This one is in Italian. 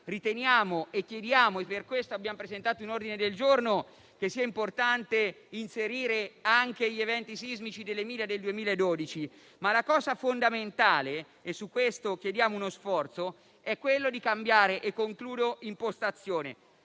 riteniamo (e per questo abbiamo presentato un ordine del giorno) che sia importante inserire anche gli eventi sismici dell'Emilia del 2012, ma la cosa fondamentale, su cui chiediamo uno sforzo, è cambiare impostazione.